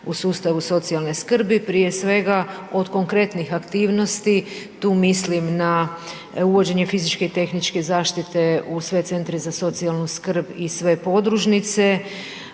u sustavu socijalne skrbi. Prije svega, od konkretnih aktivnosti, tu mislim na uvođenje fizičke i tehničke zaštite u sve centre za socijalnu skrb i sve podružnice,